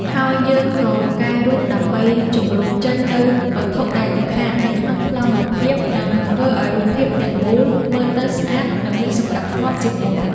ហើយយើងក៏កែរូបដើម្បីជម្រុះចេញនូវវត្ថុដែលរំខាននៅក្នុងប្លង់រូបភាព នឹងធ្វើឱ្យរូបភាពទាំងមូលមើលទៅស្អាត និងមានសណ្ដាប់ធ្នាប់ជាងមុន។